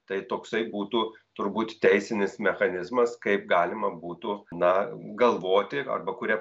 tai toksai būtų turbūt teisinis mechanizmas kaip galima būtų na galvoti arba kuria